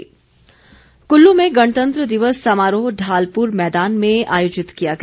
कुल्लू समारोह कुल्लू में गणतंत्र दिवस समारोह ढालपुर मैदान में आयोजित किया गया